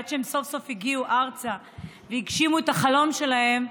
עד שהם סוף-סוף הגיעו ארצה והגשימו את החלום שלהם,